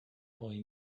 boy